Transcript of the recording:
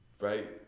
right